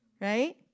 right